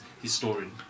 Historian